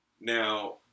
Now